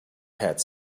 pat